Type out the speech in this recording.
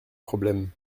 problème